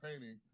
painting